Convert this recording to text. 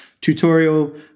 tutorial